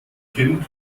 kind